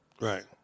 Right